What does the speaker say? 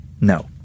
No